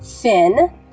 Finn